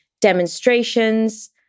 Demonstrations